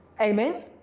Amen